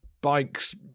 bikes